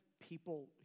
people